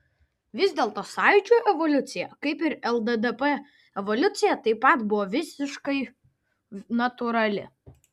vis dėlto sąjūdžio evoliucija kaip ir lddp evoliucija taip pat buvo visiškai natūrali